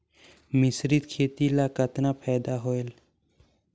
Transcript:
मिश्रीत खेती ल कतना फायदा होयल?